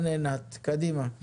קדימה.